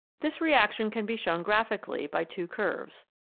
this relation can be shown graphically by two curves.